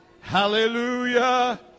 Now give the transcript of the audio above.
Hallelujah